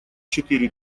четыре